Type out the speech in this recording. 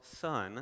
son